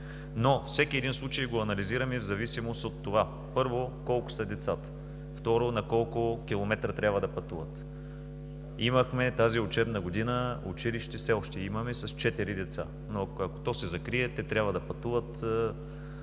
Но всеки един случай го анализираме в зависимост от това, първо, колко са децата; второ, на колко километра трябва да пътуват. Тази учебна година имахме училище, все още имаме, с четири деца, но ако то се закрие, те трябва да пътуват